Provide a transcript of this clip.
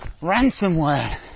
ransomware